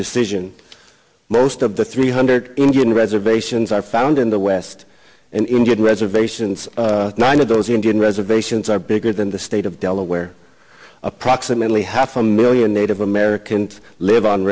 decision most of the three hundred indian reservations are found in the west indian reservations nine of those indian reservations are bigger than the state of delaware approximately half a million native americans live on